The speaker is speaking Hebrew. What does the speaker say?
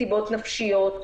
מסיבות נפשיות,